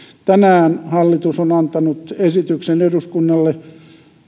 tänään hallitus on antanut esityksen eduskunnalle